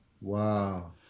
Wow